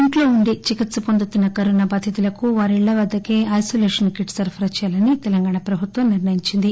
ఇంట్లో ఉండి చికిత్స పొందుతున్న కరోనా బాధితులకు వారిళ్ల వద్గకే ఐనొలేషన్ కిట్ను సరఫరా చేయాలని తెలంగాణా ప్రభుత్యం నిర్లయించింది